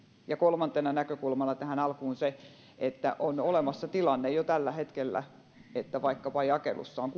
ja kolmantena näkökulmana tähän alkuun se että on jo tällä hetkellä olemassa tilanne että vaikkapa jakelussa on